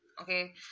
okay